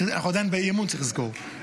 אנחנו עדיין באי-אמון צריך לזכור,